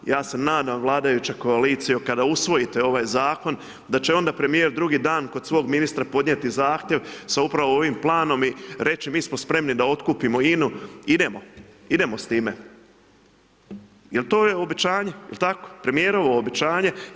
Ja se nadam vladajuća koalicijo kada usvojite ovaj zakon da će onda premijer drugi dan kod svog ministra podnijeti zahtjev sa upravo ovim planom i reći mi smo spremni da otkupimo INA-u, idemo, idemo s time jel to je obećanje, jel tako, premijerovo obećanje.